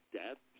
death